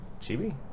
Chibi